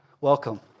Welcome